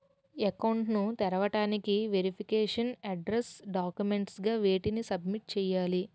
Account ను తెరవటానికి verification address documents గా వేటిని సబ్మిట్ చేయాలి?